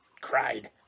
cried